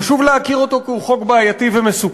חשוב להכיר אותו כי הוא חוק בעייתי ומסוכן.